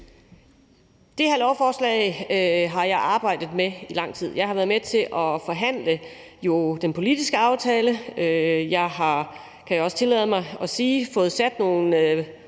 Det her lovforslag har jeg arbejdet med i lang tid. Jeg har jo været med til at forhandle den politiske aftale; jeg har – kan jeg også tillade mig at sige – fået sat nogle,